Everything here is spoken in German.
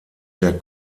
der